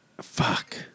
fuck